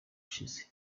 ushize